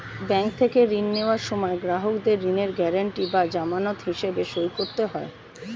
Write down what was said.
bank থেকে ঋণ নেওয়ার সময় গ্রাহকদের ঋণের গ্যারান্টি বা জামানত হিসেবে সই করতে হয়